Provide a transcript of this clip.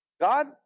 God